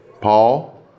Paul